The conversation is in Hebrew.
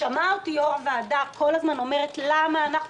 שמע אותי יושב-ראש הוועדה כל הזמן אומרת: למה אנחנו